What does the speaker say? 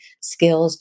skills